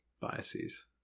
biases